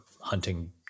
hunting